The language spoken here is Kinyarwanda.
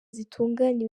zitunganya